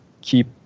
keep